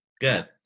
Good